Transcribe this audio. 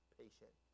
patient